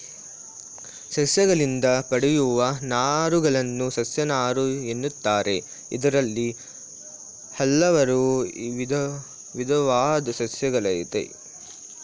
ಸಸ್ಯಗಳಿಂದ ಪಡೆಯುವ ನಾರುಗಳನ್ನು ಸಸ್ಯನಾರು ಎನ್ನುತ್ತಾರೆ ಇದ್ರಲ್ಲಿ ಹಲ್ವಾರು ವಿದವಾದ್ ಸಸ್ಯಗಳಯ್ತೆ